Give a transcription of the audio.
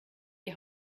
die